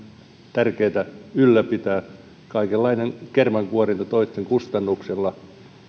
tärkeitä ylläpitää kaikenlainen kermankuorinta toisten kustannuksella